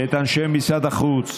את אנשי משרד החוץ